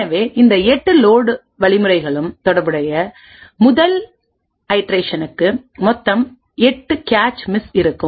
எனவே இந்த 8 லோட் வழிமுறைகளுடன் தொடர்புடைய இந்த முதல் ஐட்ரேஷனுக்கு மொத்தம் 8 கேச் மிஸ் இருக்கும்